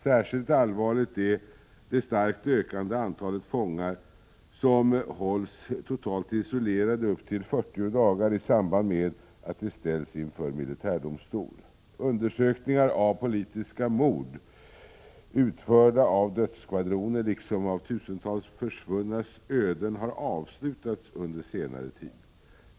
Särskilt allvarligt är det starkt ökande antalet fångar som hålls totalt isolerade upp till 40 dagar i samband med att de ställs inför militärdomstol. Undersökningar av politiska mord utförda av dödsskvadroner, liksom av tusentals försvunnas öden, har avslutats under senare tid.